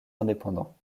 indépendants